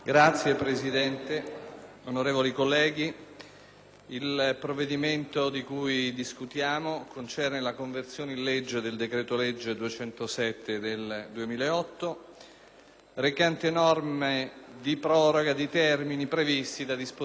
il provvedimento di cui discutiamo concerne la conversione in legge del decreto-legge n. 207 del 2008, recante proroga di termini previsti da disposizioni legislative.